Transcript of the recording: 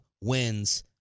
wins